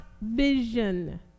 vision